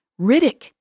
Riddick